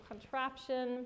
contraption